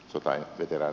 jotain ikävää